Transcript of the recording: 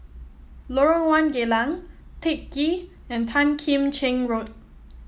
Lorong One Geylang Teck Ghee and Tan Kim Cheng Road